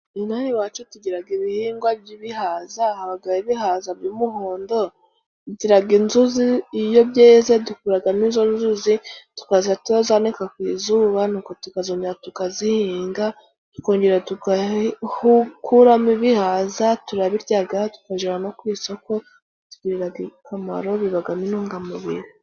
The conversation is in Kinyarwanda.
Inaha iwacu tugiraga ibihingwa by'ibihaza. Habagaho ibihaza by'umuhondo bigiraga inzuzi. Iyo byeze, dukuragamo izo nzuzi tukazanika ku izuba, nuko tukazongera tukazihinga, tukongera tugakuramo ibihaza. Turabiryaga tukajana no ku isoko, bitugiriraga akamaro bibagamo intungamubiri.